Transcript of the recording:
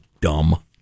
dumb